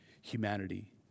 humanity